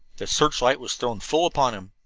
the searchlight was thrown full upon him.